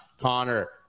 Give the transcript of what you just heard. Connor